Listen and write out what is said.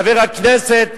חבר הכנסת,